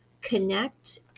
connect